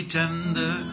tender